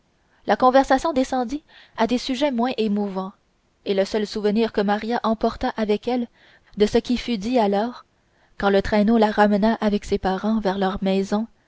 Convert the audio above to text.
la conversation descendit à des sujets moins émouvants et le seul souvenir que maria emporta avec elle de ce qui fut dit alors quand le traîneau la ramena avec ses parents vers leur maison